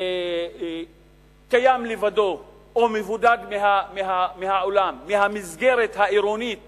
שקיים לבדו, או מבודד מהעולם, מהמסגרת העירונית